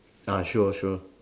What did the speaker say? uh sure sure